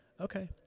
Okay